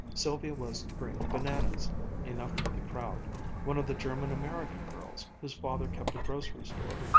sylvia was to bring bananas enough for the crowd one of the german-american girls, whose father kept a grocery-store,